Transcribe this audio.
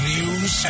News